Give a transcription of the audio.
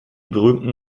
berühmten